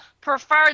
prefer